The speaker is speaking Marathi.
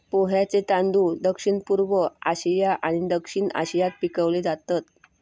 पोह्यांचे तांदूळ दक्षिणपूर्व आशिया आणि दक्षिण आशियात पिकवले जातत